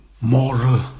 moral